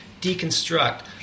deconstruct